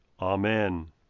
Amen